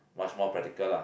much more practical lah